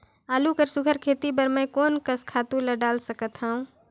आलू कर सुघ्घर खेती बर मैं कोन कस खातु ला डाल सकत हाव?